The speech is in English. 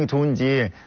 and one day